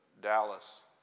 Dallas